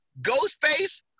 Ghostface